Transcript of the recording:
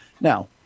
Now